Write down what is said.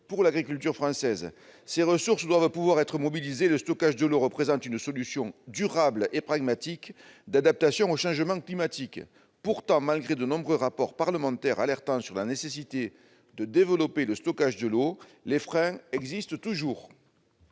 de l'agriculture à l'eau. Ces ressources doivent pouvoir être mobilisées. Le stockage de l'eau représente une solution durable et pragmatique d'adaptation au changement climatique. Pourtant, malgré de nombreux rapports parlementaires alertant sur la nécessité de développer le stockage de l'eau, les freins existent toujours.